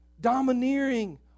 domineering